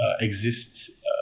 exists